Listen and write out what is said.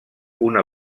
una